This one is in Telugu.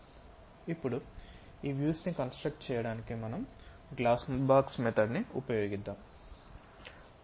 ఇప్పుడు ఈ వ్యూస్ ను కన్స్ట్రక్ట్ చేయడానికి గ్లాస్ బాక్స్ మెథడ్ ని ఉపయోగిద్దాం